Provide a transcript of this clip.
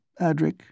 Adric